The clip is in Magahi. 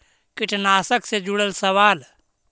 कीटनाशक से जुड़ल सवाल?